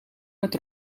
met